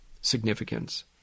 significance